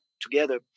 together